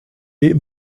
est